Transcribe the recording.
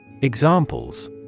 Examples